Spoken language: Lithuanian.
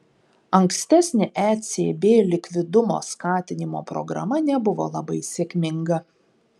ankstesnė ecb likvidumo skatinimo programa nebuvo labai sėkminga